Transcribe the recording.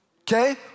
okay